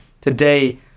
today